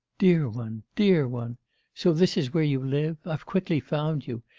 dear one! dear one so this is where you live? i've quickly found you.